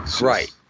Right